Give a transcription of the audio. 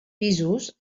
pisos